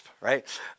right